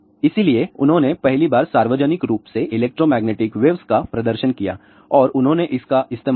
इसलिए उन्होंने पहली बार सार्वजनिक रूप से इलेक्ट्रोमैग्नेटिक वेव्स का प्रदर्शन किया और उन्होंने इसका इस्तेमाल किया